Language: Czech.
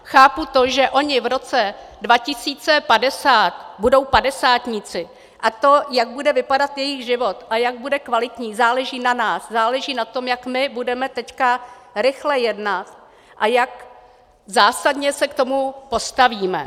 Chápu to, že oni v roce 2050 budou padesátníci, a to, jak bude vypadat jejich život a jak bude kvalitní, záleží na nás, záleží na tom, jak my budeme teď rychle jednat a jak zásadě se k tomu postavíme.